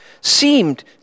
seemed